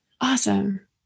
Awesome